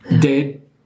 dead